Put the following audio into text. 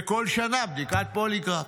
וכל שנה בדיקת פוליגרף.